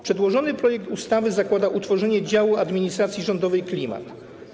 Przedłożony projekt ustawy zakłada utworzenie działu administracji rządowej klimat.